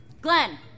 Glenn